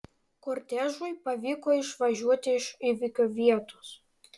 kortežui pavyko išvažiuoti iš įvykio vietos